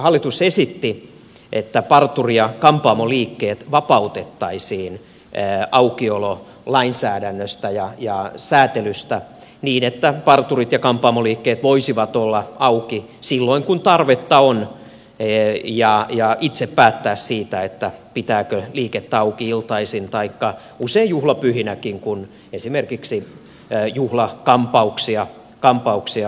hallitus esitti että parturi ja kampaamoliikkeet vapautettaisiin aukiololainsäädännöstä ja säätelystä niin että parturit ja kampaamoliikkeet voisivat olla auki silloin kun tarvetta on ja itse päättää siitä pitääkö liikettä auki iltaisin taikka usein juhlapyhinäkin kun esimerkiksi juhlakampauksia tarvitaan